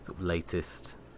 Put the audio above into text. latest